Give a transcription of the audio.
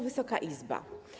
Wysoka Izbo!